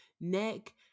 neck